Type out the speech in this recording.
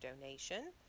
donation